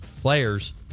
players